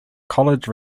college